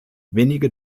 wenige